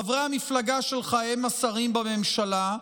חברי המפלגה שלך הם השרים בממשלה,